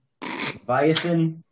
Viathan